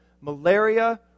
malaria